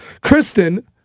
kristen